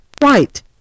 white